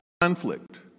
conflict